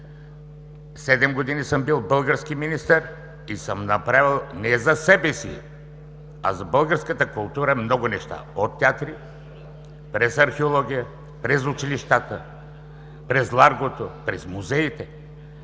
Седем години съм бил български министър и съм направил много неща не за себе си, а за българската култура – от театри, през археология, през училищата, през Ларгото, през музеите.